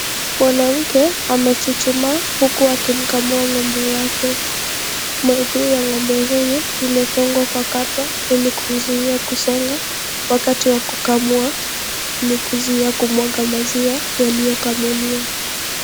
Mwanamke amechuchumaa huku akimkamua ng'ombe wake. Miguu ya ng'ombe huyu imefungwa kwa ghafla ili kumzuilia kusonga wakati wa kukamua ili kuzuia kumwaga maziwa yaliyokamuliwa.